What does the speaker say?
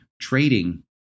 trading